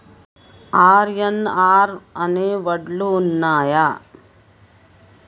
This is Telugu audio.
ఆర్.ఎన్.ఆర్ అనే వడ్లు ఉన్నయా?